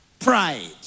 Pride